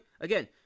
Again